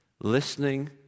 listening